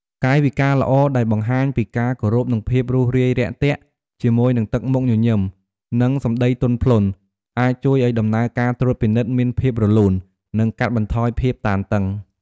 កាយវិការល្អដែលបង្ហាញពីការគោរព និងភាពរួសរាយរាក់ទាក់ ជាមួយនឹងទឹកមុខញញឹម និងសម្ដីទន់ភ្លន់ អាចជួយឱ្យដំណើរការត្រួតពិនិត្យមានភាពរលូន និងកាត់បន្ថយភាពតានតឹង។